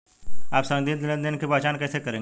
आप संदिग्ध लेनदेन की पहचान कैसे करेंगे?